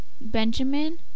Benjamin